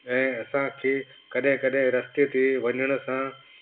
ऐं असांखे कॾहिं कॾहिं रस्ते ते वञण सां